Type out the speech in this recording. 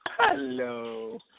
Hello